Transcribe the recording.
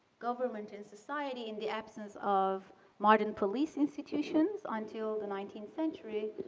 government and society in the absence of modern police institutions until the nineteenth century